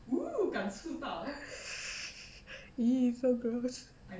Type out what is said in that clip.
!ee! so gross